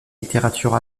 littérature